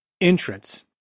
entrance